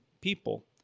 people